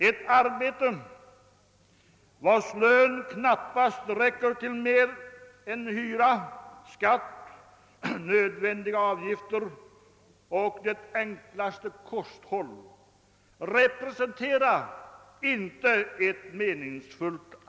Ett arbete, för vilket den utgående lönen knappast räcker till mer än hyra, skatt, nödvändiga avgifter och det enklaste kosthåll, är inte meningsfullt.